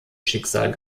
schicksal